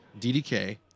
DDK